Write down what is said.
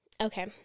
Okay